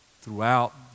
throughout